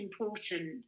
important